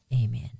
Amen